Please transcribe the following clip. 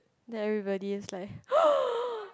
then everybody just like